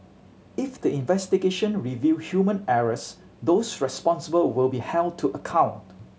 if the investigation reveal human errors those responsible will be held to account